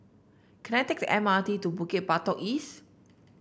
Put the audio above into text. can I take the M R T to Bukit Batok East